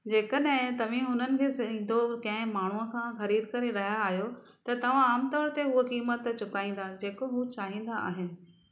जेकॾहिं तवीं हुननि खे सिधो कंहिं माण्हूं सां ख़रीद करे रहिया आयो त तव्हां आमतौर ते हूअ क़ीमत चुकाईंदा जेको उहे चाहींदा आहिनि